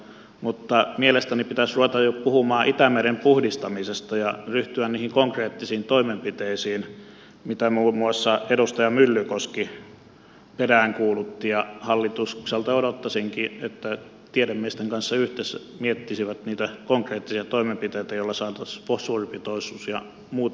mutta mielestäni pitäisi ruveta jo puhumaan itämeren puhdistamisesta ja ryhtyä niihin konkreettisiin toimenpiteisiin joita muun muassa edustaja myllykoski peräänkuulutti ja hallitukselta odottaisinkin että tiedemiesten kanssa yhdessä miettisivät niitä konkreettisia toimenpiteitä joilla saataisiin fosforipitoisuus ja muut pienenemään